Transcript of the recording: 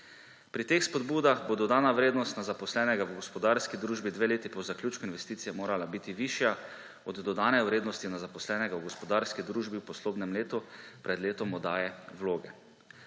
Pri teh spodbudah bo dodana vrednost na zaposlenega v gospodarski družbi dve leti po zaključku investicije morala biti višja od dodane vrednosti na zaposlenega v gospodarski družbi v poslovnem letu pred letom oddaje vloge.